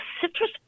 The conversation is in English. citrus